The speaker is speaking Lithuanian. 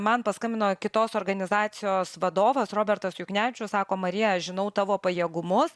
man paskambino kitos organizacijos vadovas robertas juknevičius sako marija žinau tavo pajėgumus